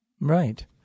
Right